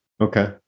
Okay